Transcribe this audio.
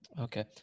okay